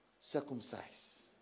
circumcise